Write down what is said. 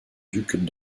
ducs